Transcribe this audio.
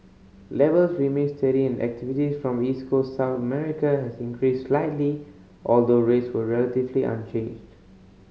levels remained steady and activity from East Coast South America has increased slightly although rates were relatively unchanged